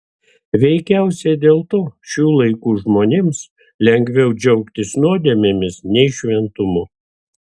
veikiausiai dėl to šių laikų žmonėms lengviau džiaugtis nuodėmėmis nei šventumu